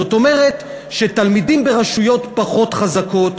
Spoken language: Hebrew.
זאת אומרת שתלמידים ברשויות פחות חזקות,